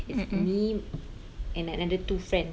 it's me and another two friend